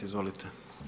Izvolite.